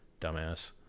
dumbass